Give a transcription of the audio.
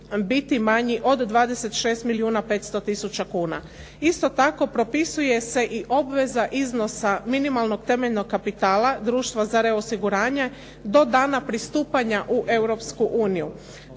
biti manji od 26 milijuna 500 tisuća kuna. Isto tako, propisuje se i obveza iznosa minimalnog temeljnog kapitala društva za reosiguranje do dana pristupanja u